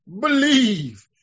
believe